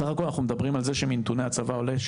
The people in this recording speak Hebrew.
סך הכל אנחנו מדברים על זה שמנתוני הצבא עולה,